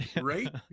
right